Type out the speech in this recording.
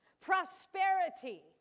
prosperity